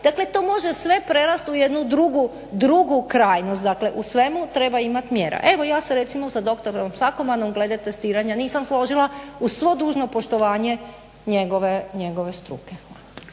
Dakle to može sve prerasti u jednu drugu krajnost, dakle u svemu treba imati mjera. Evo ja se recimo sa doktorom Sakomanom glede testiranja nisam složila, uz svo dužno poštovanje njegove struke.